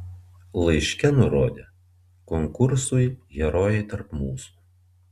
laiške nurodė konkursui herojai tarp mūsų